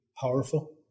powerful